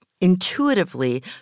Intuitively